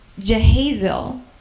Jehazel